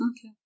Okay